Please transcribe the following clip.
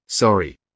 Sorry